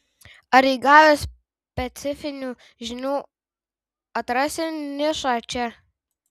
ar įgavęs specifinių žinių atrasi nišą čia